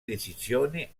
decisioni